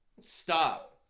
Stop